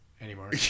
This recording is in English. anymore